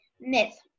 Myth